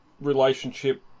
relationship